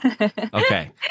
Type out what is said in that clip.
Okay